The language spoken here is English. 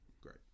Great